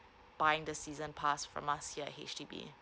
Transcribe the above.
buying the season pass from us here at H_D_B